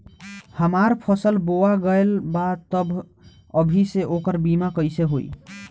हमार फसल बोवा गएल बा तब अभी से ओकर बीमा कइसे होई?